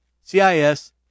CIS